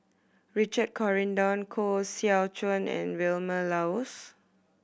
Richard Corridon Koh Seow Chuan and Vilma Laus